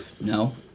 no